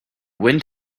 wind